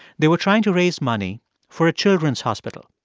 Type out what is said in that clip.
they were trying to raise money for a children's hospital.